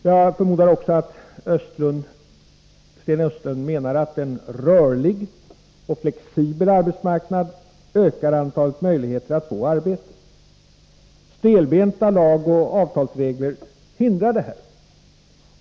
Jag förmodar att Sten Östlund också menar att en rörlig och flexibel arbetsmarknad ökar möjligheterna att få arbete. Stelbenta lagoch avtalsregler hindrar detta.